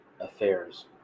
affairs